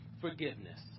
forgiveness